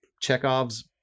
Chekhov's